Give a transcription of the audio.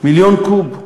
530 מיליון קוב.